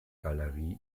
galerie